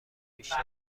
بیشتری